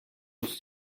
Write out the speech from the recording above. muss